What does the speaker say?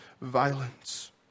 violence